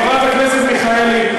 חברת הכנסת מיכאלי,